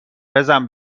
بزن